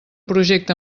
projecte